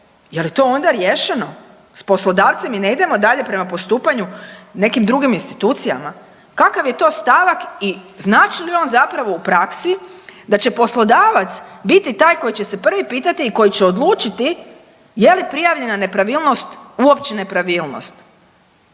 Je li to onda riješeno s poslodavcem i ne idemo dalje prema postupanju nekim drugim institucijama? Kakav je to stavak i znači li on zapravo u praksi da će poslodavac biti taj koji će se prvi pitati i koji će odlučiti je li prijavljena nepravilnost uopće nepravilnost.